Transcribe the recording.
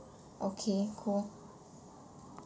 okay cool